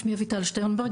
שמי אביטל שטרנברג,